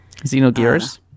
Xenogears